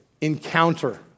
encounter